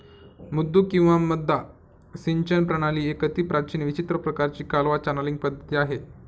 मुद्दू किंवा मद्दा सिंचन प्रणाली एक अतिप्राचीन विचित्र प्रकाराची कालवा चॅनलींग पद्धती आहे